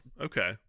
okay